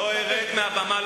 לא ארד מהבמה,